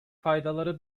faydaları